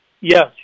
Yes